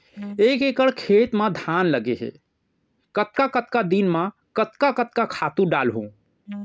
एक एकड़ खेत म धान लगे हे कतका कतका दिन म कतका कतका खातू डालहुँ?